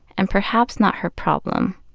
and perhaps not her problem.